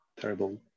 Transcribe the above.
terrible